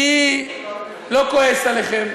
אני לא כועס עליכם.